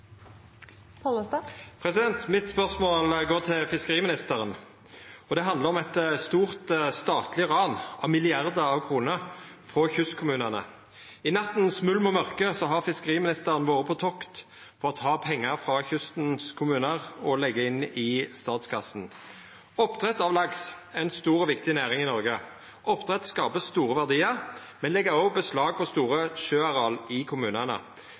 går til fiskeriministeren, og det handlar om eit stort statleg ran av milliardar av kroner frå kystkommunane. I nattas mulm og mørke har fiskeriministeren vore på tokt for å ta pengar frå kystkommunane og leggja dei inn i statskassen. Oppdrett av laks er ei stor og viktig næring i Noreg. Oppdrett skaper store verdiar, men legg òg beslag på store sjøareal i kommunane.